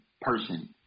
person